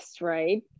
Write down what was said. right